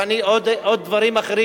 ויכולתי להוסיף עוד דברים אחרים,